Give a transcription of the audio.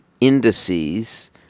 indices